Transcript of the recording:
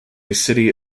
city